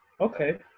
Okay